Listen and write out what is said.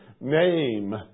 name